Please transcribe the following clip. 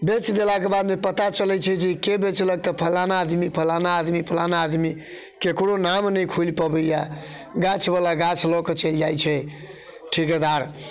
बेच देलाके बादमे पता चलै छै जे के बेचलक तऽ फलाना आदमी फलाना आदमी फलाना आदमी ककरो नाम नहि खुलि पबैए गाछवला गाछ लऽ कऽ चलि जाइ छै ठिकेदार